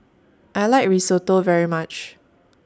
I like Risotto very much